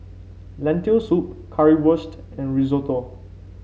Lentil Soup Currywurst and Risotto